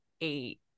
eight